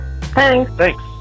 Thanks